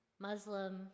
Muslim